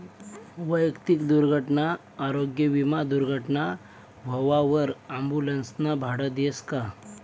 वैयक्तिक दुर्घटना आरोग्य विमा दुर्घटना व्हवावर ॲम्बुलन्सनं भाडं देस का?